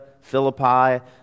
Philippi